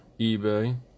eBay